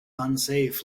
unsafe